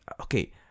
okay